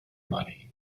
money